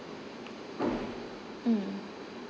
mm